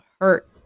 hurt